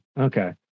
Okay